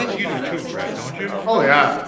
you do too, brad, don't you? oh yeah,